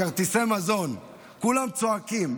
כרטיסי המזון, כולם צועקים.